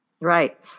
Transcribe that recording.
Right